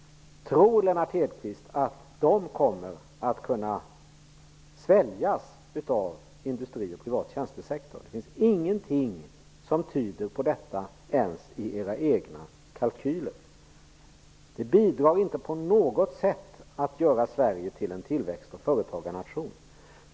Tror Lennart Hedquist att de kommer att kunna sväljas av industri och privat tjänstesektor? Det finns ingenting som tyder på detta ens i era egna kalkyler. Detta bidrar inte på något sätt till att göra Sverige till en tillväxt och företagarnation.